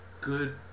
good